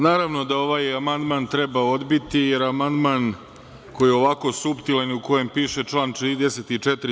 Naravno da ovaj amandman treba odbiti, jer amandman koji je ovako suptilan i u kojem piše – član 34.